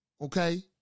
okay